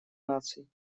наций